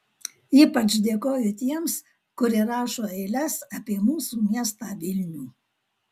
ypač dėkoju tiems kurie rašo eiles apie mūsų miestą vilnių